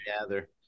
gather